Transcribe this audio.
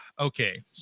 Okay